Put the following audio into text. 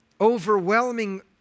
overwhelming